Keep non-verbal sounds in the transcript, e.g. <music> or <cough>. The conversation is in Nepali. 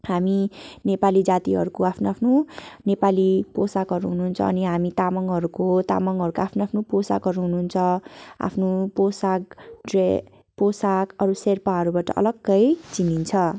हामी नेपाली जातिहरूको आफ्नो आफ्नो नेपाली पोसाकहरू हुनुहुन्छ हामी तामाङहरूको तामाङहरूको आफ्नो आफ्नो पोसाकहरू हुनुहुन्छ आफ्नो पोसाक <unintelligible> अरू शेर्पाहरूबाट अलग्गै चिनिन्छ